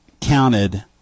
counted